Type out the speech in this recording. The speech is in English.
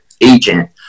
agent